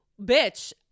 bitch